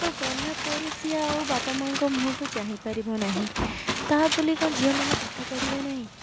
ତ ଗଲାପରେ ସିଏ ଆଉ ବାପା ମା'ଙ୍କ ମୁହଁକୁ ଚାହିଁପାରିବ ନାହିଁ ତା' ବୋଲି କ'ଣ ଝିଅମାନେ ପାଠପଢ଼ିବେ ନାହିଁ